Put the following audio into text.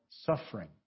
suffering